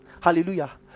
Hallelujah